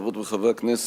חברות וחברי הכנסת,